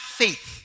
faith